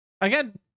Again